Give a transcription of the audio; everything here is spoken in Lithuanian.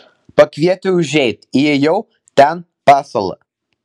pakvietė užeit įėjau ten pasala